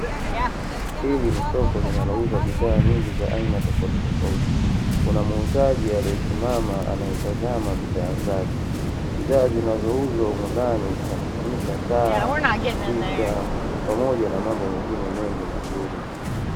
Hili ni soko linalouza bidhaa nyingi za aina tofauti tofauti kuna muuzaji aliyesimama anayetazama bidhaa zake, bidhaa zinazouzwa humu ndani zinazojumuisha saa, picha pamoja na mambo mengine mengi mazuri.